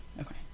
Okay